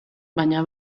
baina